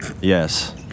Yes